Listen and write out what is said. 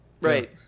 Right